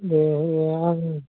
दे अह आं